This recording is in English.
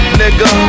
nigga